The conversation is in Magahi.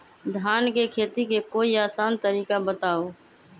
धान के खेती के कोई आसान तरिका बताउ?